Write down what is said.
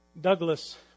Douglas